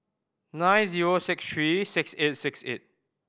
nine zero six three six eight six eight